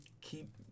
keep